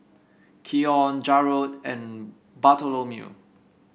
Keion Jarrod and Bartholomew